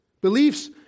Beliefs